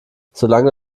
solange